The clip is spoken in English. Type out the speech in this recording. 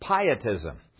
pietism